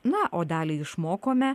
na o dalį išmokome